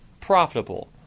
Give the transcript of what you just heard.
profitable